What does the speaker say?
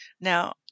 Now